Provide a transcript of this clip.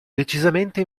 decisamente